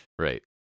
right